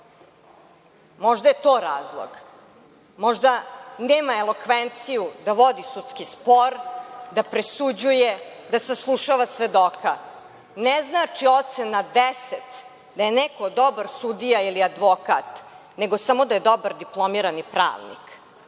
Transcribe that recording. možda je to razlog. Možda nema elokvenciju da vodi sudski spor, da presuđuje, da saslušava svedoka. Ne znači ocena 10 da je neko dobar sudija ili advokat, nego samo da je dobar diplomirani pravnik.